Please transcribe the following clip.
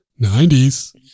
90s